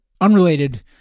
unrelated